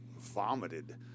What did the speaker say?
vomited